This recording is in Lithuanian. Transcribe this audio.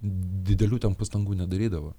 didelių ten pastangų nedarydavo